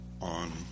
on